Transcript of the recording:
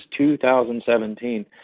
2017